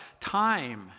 time